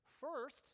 First